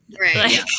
Right